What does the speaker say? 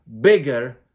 bigger